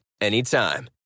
anytime